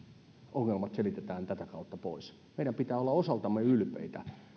ongelmat selitetään tätä kautta pois meidän pitää olla osaltamme ylpeitä